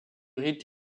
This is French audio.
rite